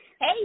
Hey